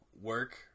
work